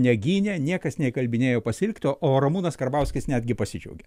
negynė niekas neįkalbinėjo pasilikt o ramūnas karbauskis netgi pasidžiaugė